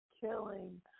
killing